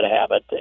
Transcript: habit